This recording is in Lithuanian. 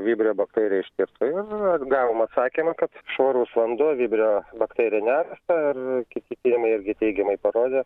vibrio bakteriją ištirtų ir gavom atsakymą kad švarus vanduo vibrio bakterijų nerasta ir kiti tyrimai irgi teigiamai parodė